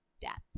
Death